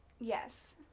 Yes